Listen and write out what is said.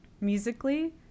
musically